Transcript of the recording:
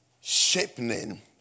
shaping